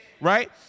Right